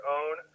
own